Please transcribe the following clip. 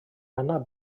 anad